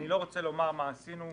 אני לא רוצה לומר מה עשינו,